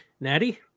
Natty